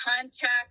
contact